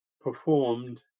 performed